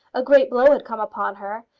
a great blow had come upon her,